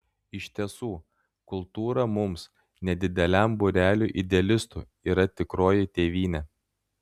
iš tiesų kultūra mums nedideliam būreliui idealistų yra tikroji tėvynė